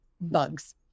bugs